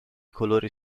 colori